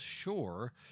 sure